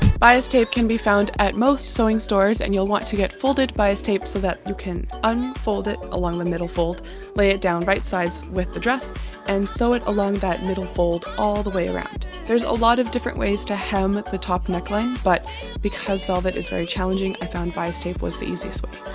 bias tape can be found at most sewing stores and you'll want to get folded bias tape so that you can unfold it along the middle fold lay it down right sides with the dress and sew it along that middle fold all the way around there's a lot of different ways to hem at the top neckline but because velvet is very challenging. i found bias tape was the easiest way